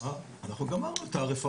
אנחנו גמרנו את ה-RFI.